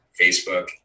Facebook